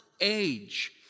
age